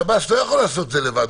שב"ס לא יכול לעשות את זה לבד,